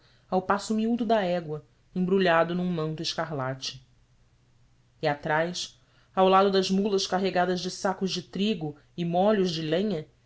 ao passo miúdo da égua embrulhado num manto escarlate e atrás ao lado das mulas carregadas de sacos de trigo e molhos de lenha